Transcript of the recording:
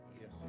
Yes